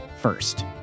first